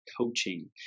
coaching